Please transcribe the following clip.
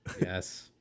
Yes